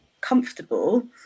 comfortable